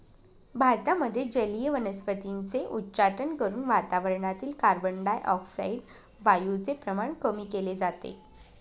भारतामध्ये जलीय वनस्पतींचे उच्चाटन करून वातावरणातील कार्बनडाय ऑक्साईड वायूचे प्रमाण कमी केले जाते